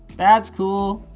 that's cool.